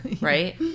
right